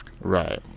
Right